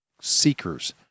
seekers